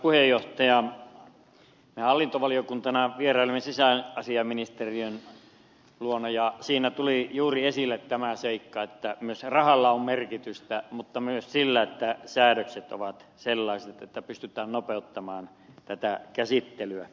me hallintovaliokuntana vierailimme sisäasiainministeriössä ja siinä tuli juuri esille tämä seikka että myös rahalla on merkitystä mutta myös sillä että säädökset ovat sellaiset että pystytään nopeuttamaan tätä käsittelyä